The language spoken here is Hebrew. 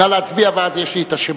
נא להצביע, ואז יש לי השמות.